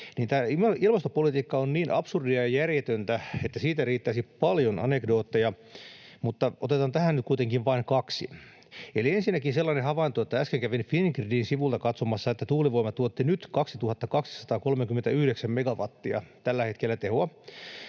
ilmastopolitiikka on niin absurdia ja järjetöntä, että siitä riittäisi paljon anekdootteja, mutta otetaan tähän nyt kuitenkin vain kaksi. Eli ensinnäkin sellainen havainto, että äsken kävin Fingridin sivuilta katsomassa, että tuulivoima tuotti nyt tällä hetkellä 2